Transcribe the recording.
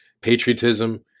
patriotism